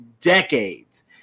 decades